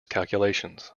calculations